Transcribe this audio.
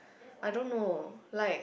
I don't know like